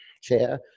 chair